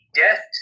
death